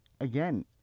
again